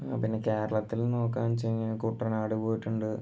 പിന്നെ കേരളത്തിൽ നോക്കാന്ന്ച്ച കഴിഞ്ഞാൽ കുട്ടനാട് പോയിട്ടുണ്ട്